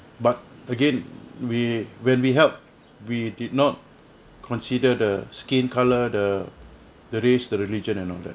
but again we when we help we did not consider the skin colour the the race the religion and all that